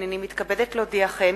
הנני מתכבדת להודיעכם,